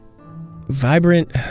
vibrant